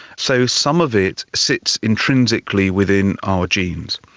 so some of it sits intrinsically within our genes,